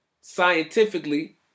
scientifically